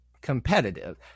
competitive